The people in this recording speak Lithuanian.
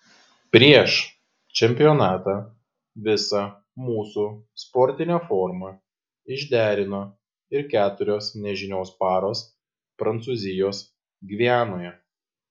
prieš čempionatą visą mūsų sportinę formą išderino ir keturios nežinios paros prancūzijos gvianoje